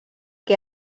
que